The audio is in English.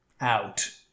out